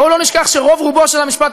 בואו לא נשכח שרוב-רובו של המשפט